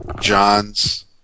John's